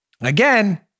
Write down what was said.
again